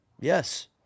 Yes